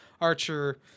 archer